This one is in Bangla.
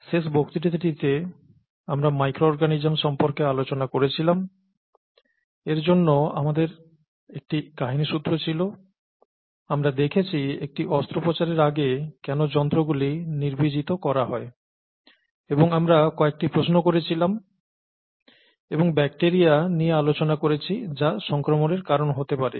শেষ বক্তৃতাটিতে আমরা মাইক্রো অর্গানিজম সম্পর্কে আলোচনা করেছিলাম এর জন্য আমাদের একটি কাহিনীসূত্র ছিল আমরা দেখেছি একটি অস্ত্রোপচারের আগে কেন যন্ত্রগুলি জীবাণুমুক্ত করা হয় এবং আমরা কয়েকটি প্রশ্ন করেছিলাম এবং ব্যাকটিরিয়া নিয়ে আলোচনা করেছি যা সংক্রমণের কারণ হতে পারে